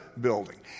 building